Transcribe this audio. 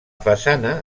façana